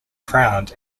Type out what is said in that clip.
crowned